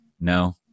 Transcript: No